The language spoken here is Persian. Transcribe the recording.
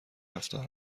رفتار